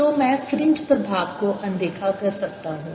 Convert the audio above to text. तो मैं फ्रिंज प्रभाव को अनदेखा कर सकता हूं